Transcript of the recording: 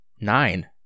nine